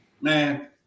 man